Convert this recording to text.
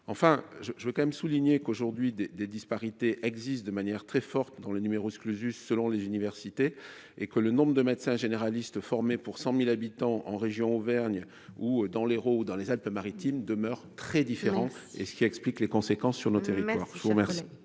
enfin je je veux quand même souligner qu'aujourd'hui des disparités existent de manière très forte dans le numerus clausus selon les universités et que le nombre de médecins généralistes formés pour 100000 habitants en région Auvergne ou dans l'Hérault, dans les Alpes-Maritimes, demeurent très différents et ce qui explique les conséquences. Sur nos territoires,